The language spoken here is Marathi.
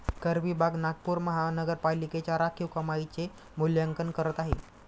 कर विभाग नागपूर महानगरपालिकेच्या राखीव कमाईचे मूल्यांकन करत आहे